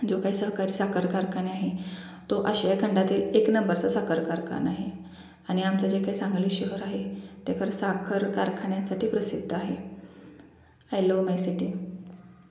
जो काही सहकारी साखर कारखाना आहे तो आशिया खंडातील एक नंबरचा साखर कारखाना आहे आणि आमचं जे काही सांगली शहर आहे ते खरं साखर कारखान्यांसाठी प्रसिद्ध आहे आय लव्ह माय सिटी